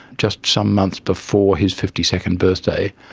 just some months before his fifty second birthday,